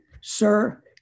sir